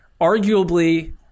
arguably